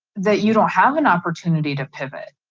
that you don't have an opportunity to pivot.